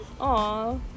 Aw